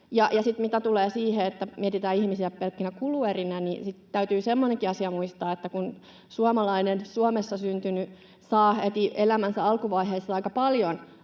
sitten siihen, että mietitään ihmisiä pelkkinä kuluerinä, niin täytyy semmoinenkin asia muistaa, että suomalainen, Suomessa syntynyt saa heti elämänsä alkuvaiheessa aika paljon